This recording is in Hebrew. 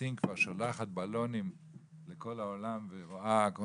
שכשסין כבר שולחת בלונים לכל העולם ורואה כל